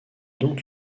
donc